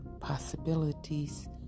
possibilities